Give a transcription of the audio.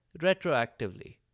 retroactively